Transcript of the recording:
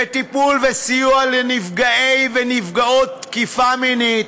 וסיוע לנפגעי ונפגעות תקיפה מינית,